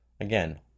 again